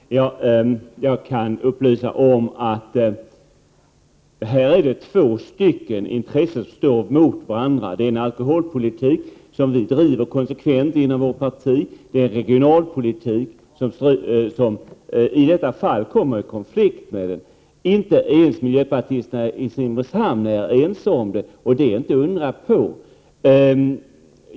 Herr talman! Jag kan upplysa om att det här finns två intressen som står emot varandra. Det rör sig om en alkoholpolitik som vi konsekvent driver inom vårt parti och om en regionalpolitik som i detta fall kommer i konflikt med alkoholpolitiken. Inte ens miljöpartisterna i Simrishamn är ense, och det är inte att undra på.